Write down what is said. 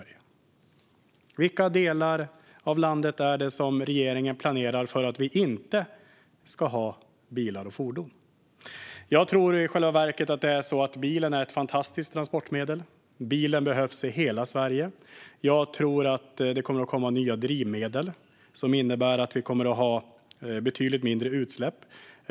I vilka delar av landet planerar regeringen för att vi inte ska ha bilar och fordon? Jag tror i själva verket att det är så att bilen är ett fantastiskt transportmedel. Bilen behövs i hela Sverige. Jag tror att det kommer att komma nya drivmedel, som innebär att vi kommer att få betydligt mindre utsläpp.